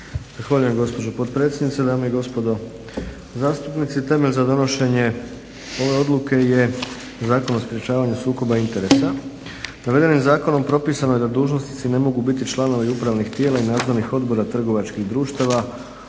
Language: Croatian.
Zahvaljujem gospođo potpredsjednice, dame i gospodo zastupnici. Temelj za donošenje ove odluke je Zakon o sprječavanju sukoba interesa. Navedenim zakonom propisano je da dužnosnici ne mogu biti članovi upravnih tijela i nadzornih odbora trgovačkih društava,